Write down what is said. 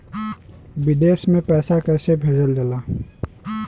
विदेश में पैसा कैसे भेजल जाला?